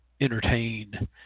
entertain